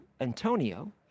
Antonio